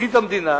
"פרקליט המדינה,